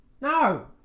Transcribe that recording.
No